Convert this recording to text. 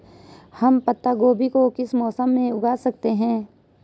हम पत्ता गोभी को किस मौसम में उगा सकते हैं?